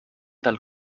tal